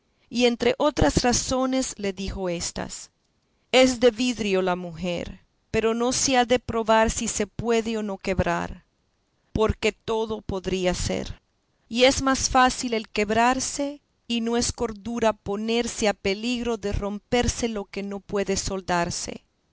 y entre otras razones le dijo éstas es de vidrio la mujer pero no se ha de probar si se puede o no quebrar porque todo podría ser y es más fácil el quebrarse y no es cordura ponerse a peligro de romperse lo que no puede soldarse